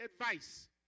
advice